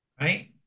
right